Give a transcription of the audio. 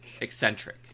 eccentric